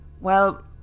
Well